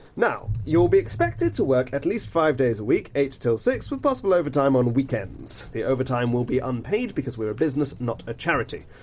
now, you'll be expected to work at least five days a week, eight till six, with possible overtime on weekends. the overtime will be unpaid because we're a business, not a charity.